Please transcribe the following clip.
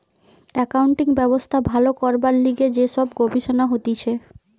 accounting ব্যবস্থা ভালো করবার লিগে যে সব গবেষণা হতিছে